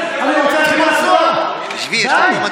ארבל, אני רוצה להתחיל בהצבעה, די.